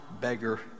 beggar